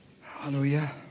hallelujah